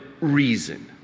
reason